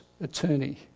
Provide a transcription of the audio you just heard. attorney